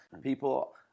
People